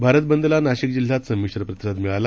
भारत बंदला नाशिक जिल्ह्यात संमिश्र प्रतिसाद मिळाला